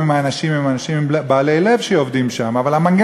גם אם האנשים שעובדים שם הם אנשים בעלי לב,